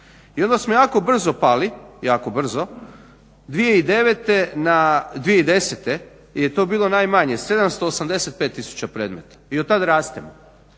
i onda smo jako brzo pali, jako brzo, 2010. je to bilo najmanje 785 tisuća predmeta i otad rastemo.